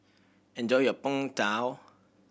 enjoy your Png Tao